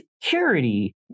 security